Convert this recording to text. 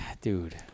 dude